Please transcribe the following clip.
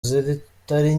zitari